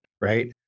right